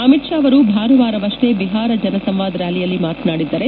ಅಮಿತ್ ಶಾ ಅವರು ಭಾನುವಾರವಷ್ಲೇ ಬಿಹಾರ ಜನ ಸಂವಾದ್ ರ್ನಾಲಿಯಲ್ಲಿ ಮಾತನಾಡಿದ್ದರೆ